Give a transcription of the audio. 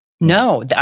no